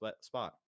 spot